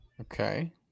okay